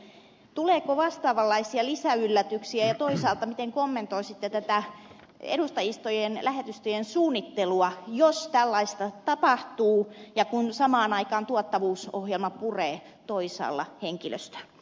tuleeko vastaavanlaisia lisäyllätyksiä ja toisaalta miten kommentoisitte tätä edustajistojen lähetystöjen suunnittelua jos tällaista tapahtuu kun samaan aikaan tuottavuusohjelma puree toisaalla henkilöstä